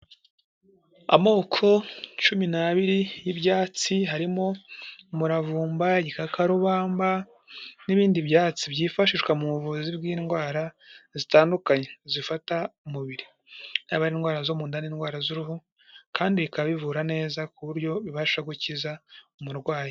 Amoko cumi n'abiri y'ibyatsi harimo umuravumba, igikakarubamba, n'ibindi byatsi byifashishwa mu buvuzi bw'indwara zitandukanye zifata umubiri, yaba ari indwara zo mu nda n'indwara z'uruhu, kandi bikaba bivura neza ku buryo bibasha gukiza umurwayi.